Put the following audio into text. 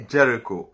Jericho